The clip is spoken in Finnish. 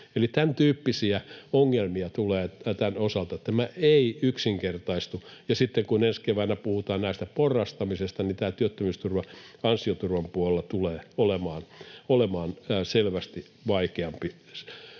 tämäntyyppisiä ongelmia tulee tämän osalta. Tämä ei yksinkertaistu. Ja sitten kun ensi keväänä puhutaan näistä porrastamisista, niin tämä työttömyysturva ansioturvan puolella tulee olemaan selvästi vaikeampi